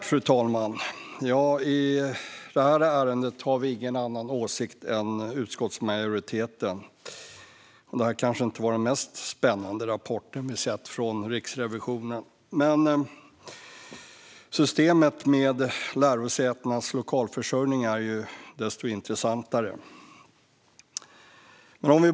Fru talman! I detta ärende har vi ingen annan åsikt än utskottsmajoriteten. Detta är kanske inte den mest spännande rapport som vi har sett från Riksrevisionen. Men systemet med lärosätenas lokalförsörjning är desto intressantare.